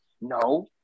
No